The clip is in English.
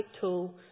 tool